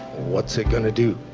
what's it going to do?